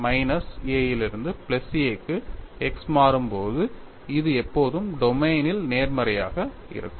minus a இலிருந்து plus a க்கு x மாறும்போது இது எப்போதும் டொமைனில் நேர்மறையாக இருக்கும்